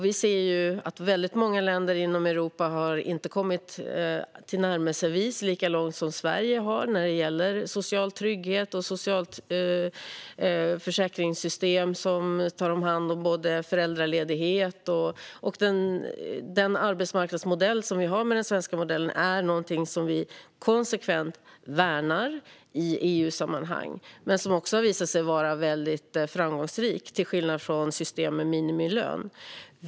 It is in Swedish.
Vi ser att många länder i Europa inte har kommit tillnärmelsevis lika långt som Sverige när det gäller social trygghet och socialförsäkringssystem som tar hand om föräldraledighet, och den svenska arbetsmarknadsmodellen är något som vi konsekvent värnar i EU-sammanhang men som också har visat sig vara väldigt framgångsrikt, till skillnad från system med minimilön.